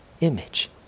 image